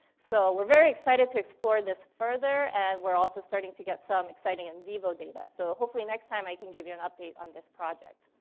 so, we're very excited to explore this further and we're also starting to get some exciting in vivo data. so hopefully next time i can give you an update on this project.